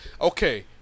Okay